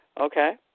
Okay